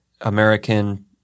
American